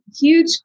huge